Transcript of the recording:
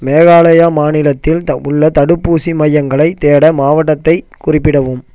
மேகாலயா மாநிலத்தில் உள்ள தடுப்பூசி மையங்களைத் தேட மாவட்டத்தைக் குறிப்பிடவும்